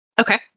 okay